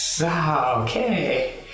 Okay